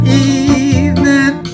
evening